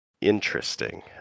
interesting